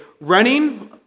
running